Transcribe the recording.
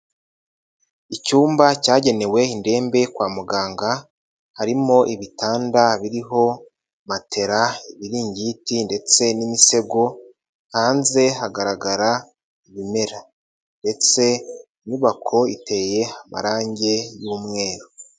Icyumba cyagenewe indembe kwa muganga harimo ibitanda biriho matela, ibiringiti ndetse n'imisego, hanze hagaragara ibimera ndetse inyubako iteye amarangi y'umweru.